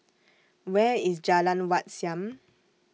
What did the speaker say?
Where IS Jalan Wat Siam